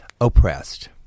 oppressed